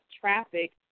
traffic